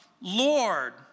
Lord